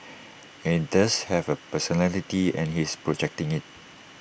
and does have A personality and he is projecting IT